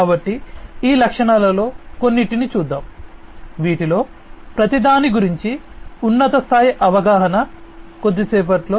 కాబట్టి ఈ లక్షణాలలో కొన్నింటిని చూద్దాం వీటిలో ప్రతి దాని గురించి ఉన్నత స్థాయి అవగాహన కొద్దిసేపట్లో